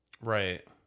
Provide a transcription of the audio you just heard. Right